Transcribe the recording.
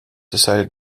decided